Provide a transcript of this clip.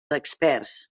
experts